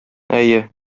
әйе